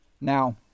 Now